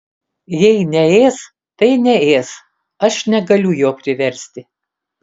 jei neės tai neės aš negaliu jo priversti